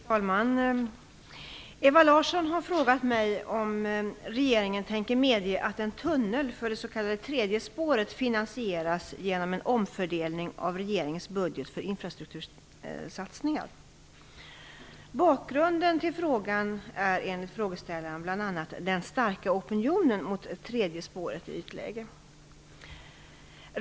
Fru talman! Ewa Larsson har frågat mig om regeringen tänker medge att en tunnel för det s.k. tredje spåret finansieras genom en omfördelning av regeringens budget för infrastruktursatsningar. Bakgrunden till frågan är enligt frågeställaren bl.a. den starka opinionen mot tredje spåret i ytläge.